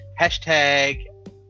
hashtag